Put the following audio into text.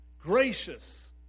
Gracious